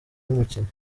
n’umukinnyi